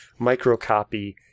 microcopy